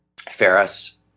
Ferris